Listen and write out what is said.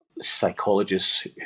psychologists